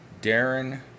Darren